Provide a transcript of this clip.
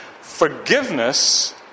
forgiveness